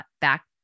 back